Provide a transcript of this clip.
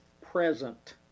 present